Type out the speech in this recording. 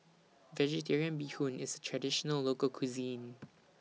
Vegetarian Bee Hoon IS A Traditional Local Cuisine